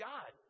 God